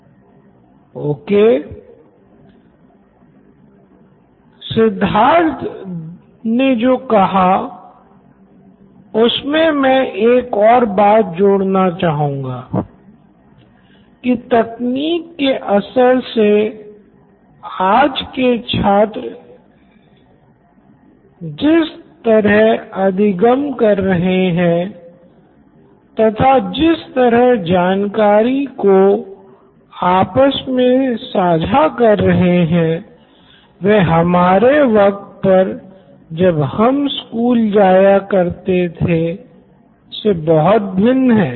professor OK Nitin Kurian COO Knoin electronics Siddharth ने जो कहा उसमें मैं एक और बात जोड़ना चाहूँगा कि तकनीक के असर से आज के छात्र जिस तरह अधिगम कर रहे हैं तथा जिस तरह जानकारी को आपस मे साझा कर रहे हैं वह हमारे वक्त पर जब हम स्कूल जाया करते थे से बहुत भिन्न हैं